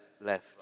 left